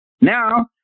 Now